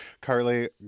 carly